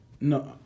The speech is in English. No